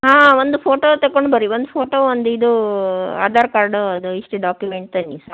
ಹಾಂ ಒಂದು ಫೋಟೋ ತಕೊಂಡು ಬರ್ರಿ ಒಂದು ಫೋಟೋ ಒಂದು ಇದೂ ಆಧಾರ್ ಕಾರ್ಡದು ಇಷ್ಟು ಡಾಕ್ಯುಮೆಂಟ್ ತನ್ನಿ ಸಾಕು